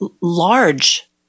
large